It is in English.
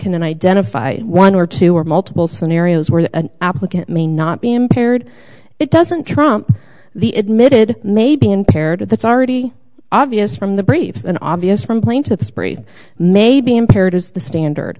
can identify one or two or multiple scenarios where the applicant may not be impaired it doesn't trump the admitted may be impaired that's already obvious from the briefs and obvious from plaintiff sprit may be impaired is the standard